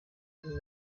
buri